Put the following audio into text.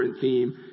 theme